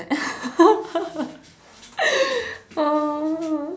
so